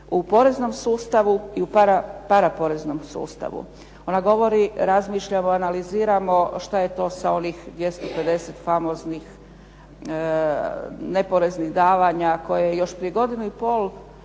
u poreznom sustavu, paraporeznom sustavu. Ona govori razmišljamo, analiziramo što je to sa onih 250 famoznih neporeznih davanja koje je još prije godinu i pol